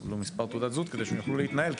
כדי שיוכלו להתנהל,